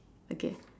okay